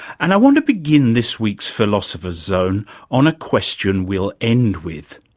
and i want to begin this week's philosopher's zone on a question we'll end with.